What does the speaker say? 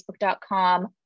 Facebook.com